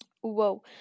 Whoa